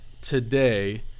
today